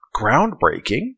groundbreaking